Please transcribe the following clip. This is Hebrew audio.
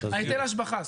סליחה, על היטל השבחה.